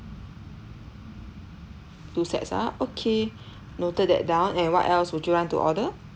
two sets ah okay noted that down and what else would you want to order